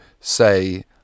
say